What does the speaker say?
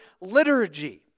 liturgy